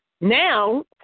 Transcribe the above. Now